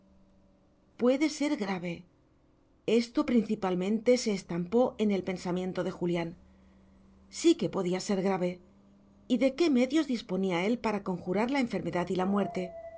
puede ser grave esto principalmente se estampó en el pensamiento de julián sí que podía ser grave y de qué medios disponía él para conjurar la enfermedad y la muerte